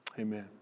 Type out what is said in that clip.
Amen